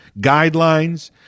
guidelines